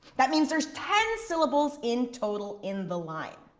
that means there's ten syllables in total in the line.